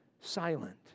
silent